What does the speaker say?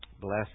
Bless